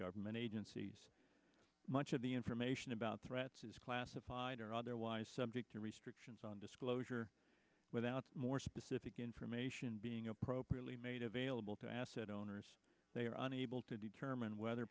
government agencies much of the information about threats is classified or otherwise subject to restrictions on disclosure without more specific information being appropriately made available to asset owners they are unable to determine whether